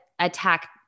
attack